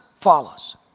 follows